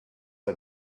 are